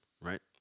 right